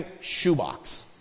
shoebox